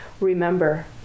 remember